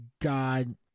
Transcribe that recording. God